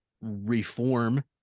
reform